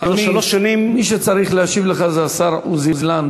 אדוני היושב-ראש,